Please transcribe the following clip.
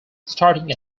starting